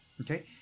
okay